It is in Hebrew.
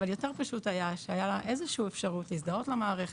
אבל יותר פשוט היה שהייתה לה איזו שהיא אפשרות להזדהות למערכת,